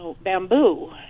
bamboo